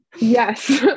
Yes